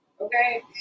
okay